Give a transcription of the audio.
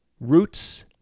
Roots